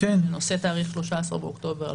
נושא תאריך 13 באוקטובר 2021,